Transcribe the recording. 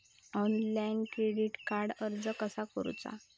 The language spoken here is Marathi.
ऑनलाइन क्रेडिटाक अर्ज कसा करुचा?